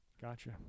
Gotcha